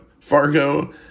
Fargo